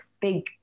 big